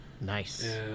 Nice